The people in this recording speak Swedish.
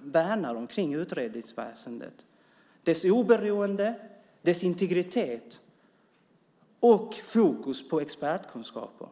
värnar om i utredningsväsendet, nämligen dess oberoende, integritet och fokus på expertkunskaper.